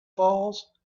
falls